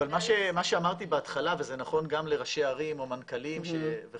אבל מה שאמרתי בהתחלה וזה נכון גם לראשי ערים או מנכ"לים וכו',